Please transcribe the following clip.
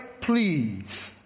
please